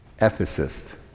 ethicist